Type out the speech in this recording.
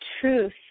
truth